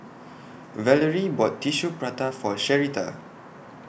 Valarie bought Tissue Prata For Sherita